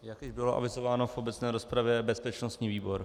Jak již bylo avizováno v obecné rozpravě bezpečnostní výbor.